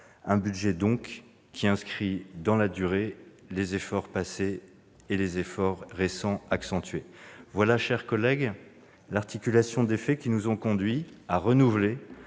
un budget qui inscrit donc dans la durée les efforts passés et les efforts récents, accentués. Telle est l'articulation des faits qui nous conduit à renouveler